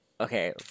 okay